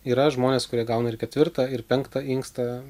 yra žmonės kurie gauna ir ketvirtą ir penktą inkstą